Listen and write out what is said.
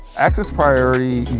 access priority